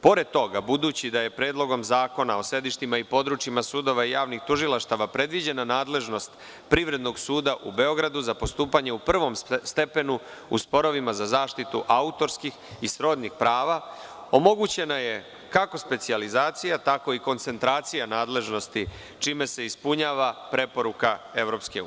Pored toga, budući da je Predlogom zakona o sedištima i područjima sudova i javnih tužilaštava predviđena nadležnost privrednog suda u Beogradu za postupanje u prvom stepenu u sporovima za zaštitu autorskih i srodnih prava, omogućena je kako specijalizacija, tako i koncentracija nadležnosti, čime se ispunjava preporuka EU.